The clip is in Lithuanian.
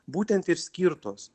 būtent ir skirtos